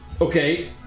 Okay